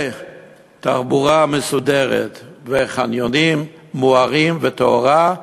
ותחבורה מסודרת, וחניונים מוארים, תאורה,